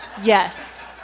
yes